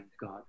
God